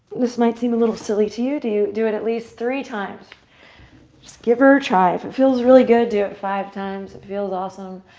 this might seem a little silly to you. do you do it at least three times. just give her a try. if it feels really good, do it five times. if it feels awesome,